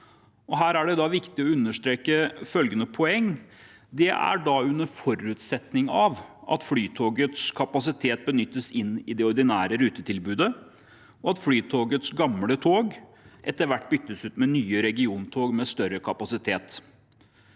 Her er det viktig å understreke at det er under forutsetning av at Flytogets kapasitet benyttes inn i det ordinære rutetilbudet, og at Flytogets gamle tog etter hvert byttes ut med nye regiontog med større kapasitet.